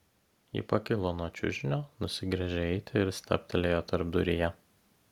ji pakilo nuo čiužinio nusigręžė eiti ir stabtelėjo tarpduryje